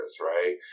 right